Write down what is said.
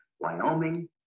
Wyoming